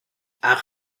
ach